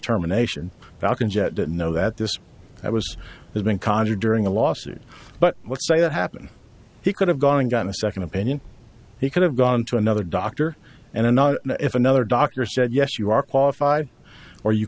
terminations falcon jet didn't know that this guy was has been conjured during a lawsuit but let's say that happen he could have gone and gotten a second opinion he could have gone to another doctor and if another doctor said yes you are qualified or you